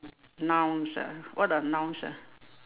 nouns ah what are nouns ah